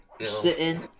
Sitting